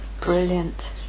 Brilliant